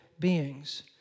beings